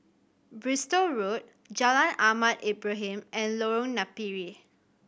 Bristol Road Jalan Ahmad Ibrahim and Lorong Napiri